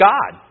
God